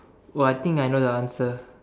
!wah! I think I know the answer